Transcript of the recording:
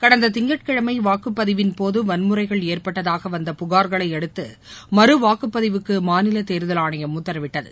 கடந்த திங்கட்கிழனம வாக்குப்பதிவின்போது வன்முறைகள் ஏற்பட்டதாக வந்த புகா்களை அடுத்து மறு வாக்குப்பதிவுக்கு மாநில தேர்தல் ஆணையம் உத்தரவிட்டது